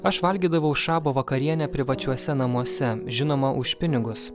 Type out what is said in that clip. aš valgydavau šabo vakarienę privačiuose namuose žinoma už pinigus